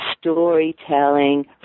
storytelling